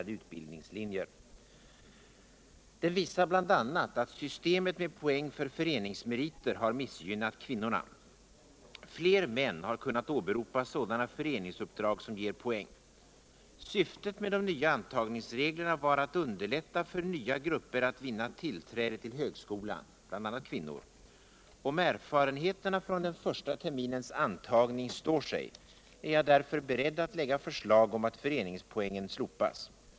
Den visar bl.a. att systemet med poäng för föreningsmeriter missgynnat kvinnorna. Fler min har kunnat åberopa sådana föreningsuppdrag som ger poäng. Syftet med de nya antagningsreglerna var att underlätta för nva grupper att vinna tillträde vill högskolan, bl.a. kvinnor. Om erfarenheterna från den första terminens antagning står sig, är jag därför beredd att kigga förslag om att föreningspoängen slopas.